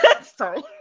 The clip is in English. Sorry